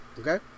Okay